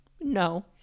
no